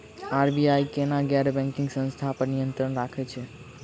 RBI केना गैर banking संस्था पर नियत्रंण राखैत छैक?